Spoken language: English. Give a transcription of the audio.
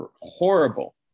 horrible